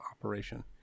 operation